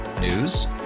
News